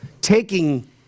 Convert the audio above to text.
taking